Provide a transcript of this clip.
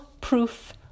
proof